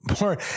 more